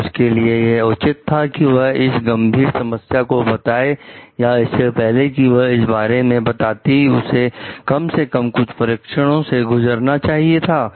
क्या उसके लिए यह उचित था कि वह इस गंभीर समस्या को बताएं या इससे पहले कि वह इस बारे में बताती उसे कम से कम कुछ परीक्षणों से तो गुजरना चाहिए